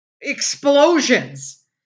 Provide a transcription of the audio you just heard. explosions